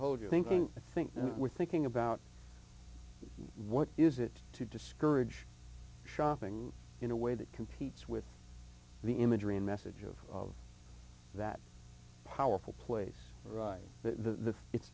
hold your thinking i think we're thinking about what is it to discourage shopping in a way that competes with the imagery and message of that powerful place the it's